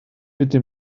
pity